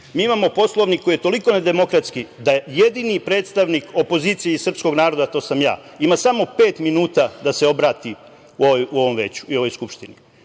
mi imamo Poslovnik koji je toliko nedemokratski da jedini predstavnik opozicije iz srpskog naroda, a to sam ja, ima samo pet minuta da se obrati ovoj Skupštini.